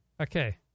Okay